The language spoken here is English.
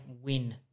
win